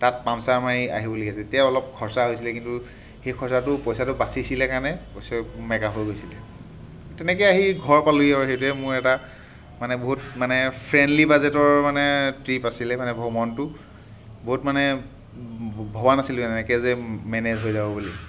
তাত পামচাৰ মাৰি আহিবলগীয়া হৈছিলে তেতিয়া অলপ খৰচা হৈছিলে কিন্তু সেই খৰচাটো পইচাটো বাচিছিলে কাৰণে পইচাটো মেক আপ হৈ গৈছিলে তেনেকৈয়ে আহি ঘৰ পালোহি আৰু সেইটোৱেই মোৰ এটা মানে বহুত মানে ফ্ৰেণ্ডলি বাজেটৰ মানে ট্ৰিপ আছিলে মানে ভ্ৰমণটো বহুত মানে ভবা নাছিলোঁ এনেকৈ যে মেনেজ হৈ যাব বুলি